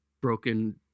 broken